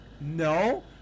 No